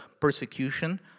persecution